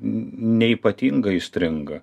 ne neypatingai įstringa